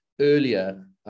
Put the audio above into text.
earlier